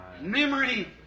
memory